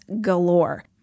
galore